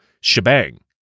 shebang